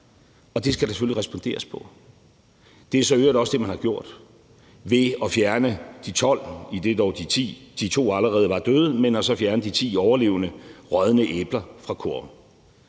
Det skal der selvfølgelig responderes på. Det er så i øvrigt også det, man har gjort ved at fjerne de 10 – der var 12, men 2 var allerede døde – overlevende rådne æbler fra kurven.